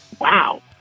wow